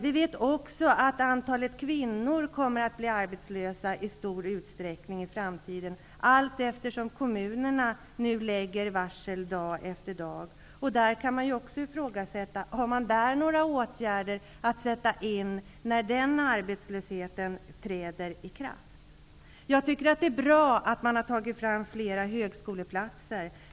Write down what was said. Vi vet att kvinnorna kommer att bli arbetslösa i stor utsträckning i framtiden, i takt med att kommunerna dag efter dag lägger varsel. Man kan ifrågasätta om det finns några åtgärder att sätta in när den arbetslösheten träder i kraft. Det är bra att man har tagit fram flera högskoleplatser.